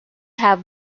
have